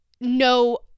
no